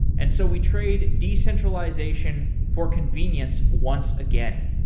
and so we trade decentralization for convenience once again.